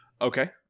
Okay